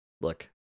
look